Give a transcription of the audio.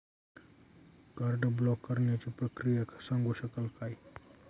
Card block करण्याची प्रक्रिया सांगू शकाल काय?